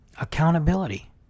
Accountability